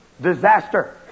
disaster